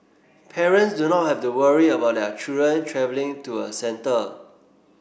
parents do not have to worry about their children travelling to a centre